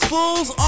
Fools